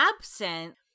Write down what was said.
absent